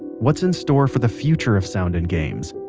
what's in store for the future of sound in games.